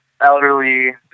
elderly